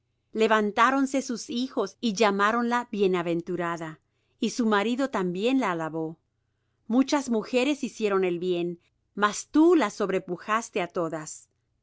balde levantáronse sus hijos y llamáronla bienaventurada y su marido también la alabó muchas mujeres hicieron el bien mas tú las sobrepujaste á todas